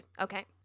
Okay